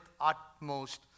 utmost